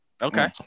Okay